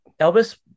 Elvis